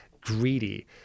greedy